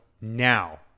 now